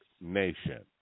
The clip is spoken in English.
nation